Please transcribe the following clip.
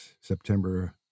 September